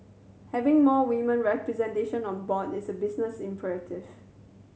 having more women representation on board is a business imperative